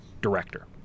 Director